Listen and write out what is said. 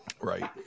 Right